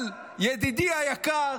אבל ידידי היקר,